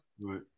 Right